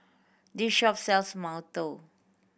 this shop sells mantou